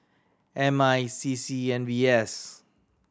M I CC and V S